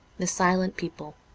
the silent people